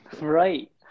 Right